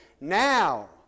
now